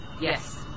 Yes